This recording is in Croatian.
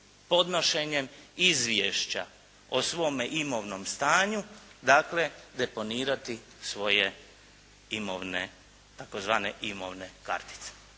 podnošenjem izvješća o svome imovnom stanju dakle deponirati svoje imovne tzv. imovne kartice.